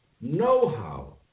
know-how